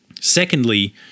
Secondly